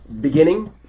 Beginning